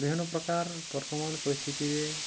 ବିଭିନ୍ନ ପ୍ରକାର ବର୍ତ୍ତମାନ ପରିସ୍ଥିତିରେ